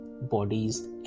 bodies